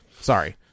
sorry